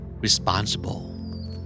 Responsible